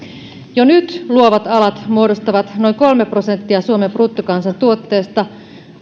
jo nyt luovat alat muodostavat noin kolme prosenttia suomen bruttokansantuotteesta